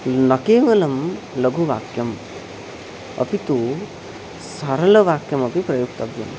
न केवलं लघुवाक्यम् अपि तु सरलवाक्यमपि प्रयोक्तव्यं